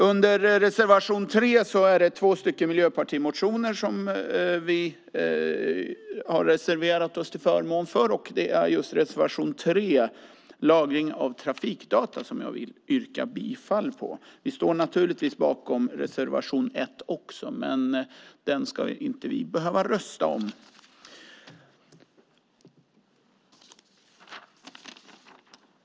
Under reservation 3 om lagring av trafikdata är det två miljöpartimotioner som vi har reserverat oss till förmån för, och det är just denna reservation jag vill yrka bifall till. Vi står naturligtvis bakom reservation 1 också, men den ska vi inte behöva rösta om.